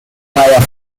firefox